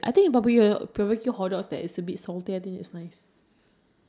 I would luckily it was me but then it was dirty